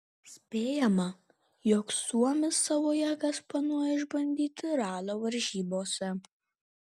spėjama jog suomis savo jėgas planuoja išbandyti ralio varžybose